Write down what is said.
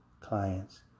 clients